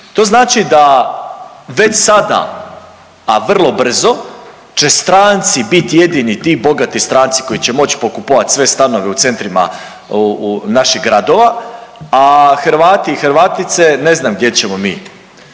To znači da već sada, a vrlo brzo će stranci bit jedini ti bogati stranci koji će moći pokupovati sve stanove u centrima naših grada, a Hrvati i Hrvatice, ne znam gdje ćemo mi.